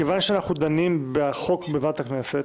מכיוון שאנחנו דנים בחוק בוועדת הכנסת,